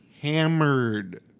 hammered